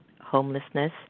homelessness